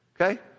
okay